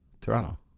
toronto